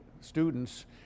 students